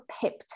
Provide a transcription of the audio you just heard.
pep